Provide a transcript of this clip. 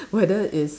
whether it's